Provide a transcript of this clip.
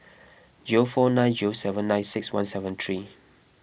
zero four nine zero seven nine six one seven three